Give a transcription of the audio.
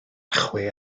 chwe